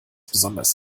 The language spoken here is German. besonders